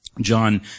John